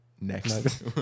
next